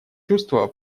чувство